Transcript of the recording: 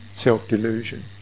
Self-delusion